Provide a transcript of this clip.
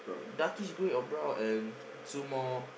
darkish grey or brown and two more